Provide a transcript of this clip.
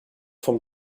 vom